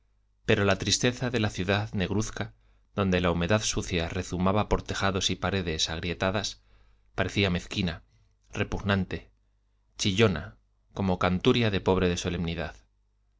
pero la tristeza de la ciudad negruzca donde la humedad sucia rezumaba por tejados y paredes agrietadas parecía mezquina repugnante chillona como canturia de pobre de solemnidad